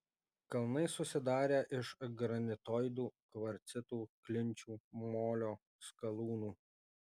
kalnai susidarę iš granitoidų kvarcitų klinčių molio skalūnų